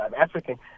African